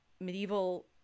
medieval